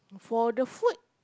for the food